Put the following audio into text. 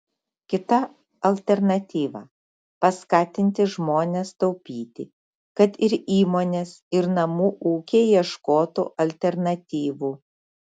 kita alternatyva paskatinti žmones taupyti kad ir įmonės ir namų ūkiai ieškotų alternatyvų